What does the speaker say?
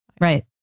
Right